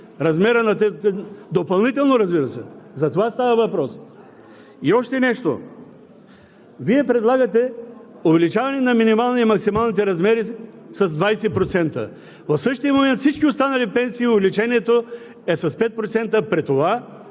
Допълнително, разбира се. За това става въпрос. И още нещо – Вие предлагате увеличаване на минималния и максималните размери с 20%. В същия момент на всички останали пенсии увеличението е с 5%, при това